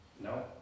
No